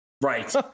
Right